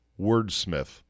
wordsmith